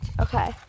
Okay